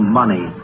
money